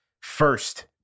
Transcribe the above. first